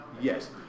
Yes